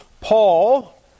Paul